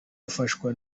afashwa